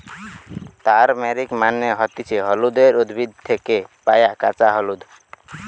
turmeric মানে হতিছে হলুদের উদ্ভিদ থেকে পায়া কাঁচা হলুদ